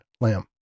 Lamb